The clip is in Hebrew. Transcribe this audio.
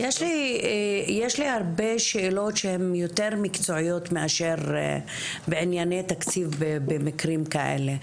יש לי הרבה שאלות שהן יותר מקצועיות מאשר בענייני תקציב במקרים כאלה.